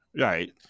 Right